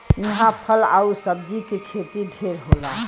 इहां फल आउर सब्जी के खेती ढेर होला